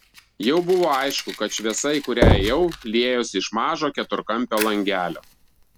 jau buvo aišku kad šviesa į kurią ėjau liejosi iš mažo keturkampio langelio